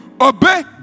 obey